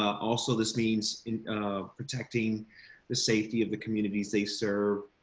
also, this means in protecting the safety of the communities they serve.